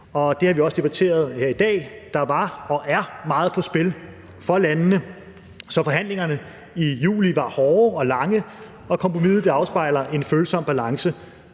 Det har vi også debatteret her i dag. Der var og er meget på spil for landene, så forhandlingerne i juli var hårde og lange, og kompromiset afspejler en følsom balance.